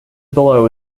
below